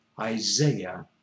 Isaiah